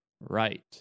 right